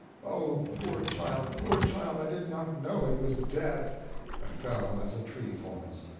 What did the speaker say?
oh, poor child, poor child, i did not know it was death and fell as a tree falls.